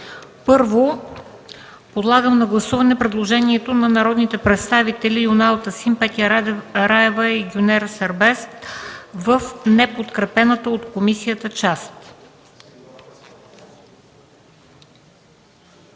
Първо подлагам на гласуване предложението на народните представители Юнал Тасим, Петя Раева и Гюнер Сербест в неподкрепената от комисията част.